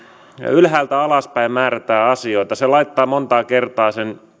ylhäältä alaspäin määrätään asioita se laittaa monta kertaa sen